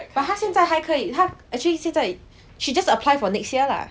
but 现在还可以他 actually 现在 she just apply for next year lah